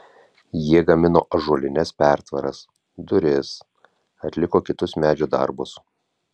jie gamino ąžuolines pertvaras duris atliko kitus medžio darbus